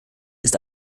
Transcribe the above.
ist